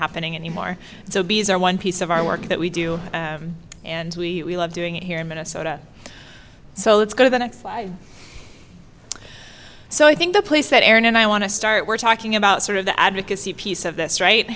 happening anymore so bees are one piece of our work that we do and we love doing it here in minnesota so let's go to the next life so i think the place that aaron and i want to start we're talking about sort of the advocacy piece of this right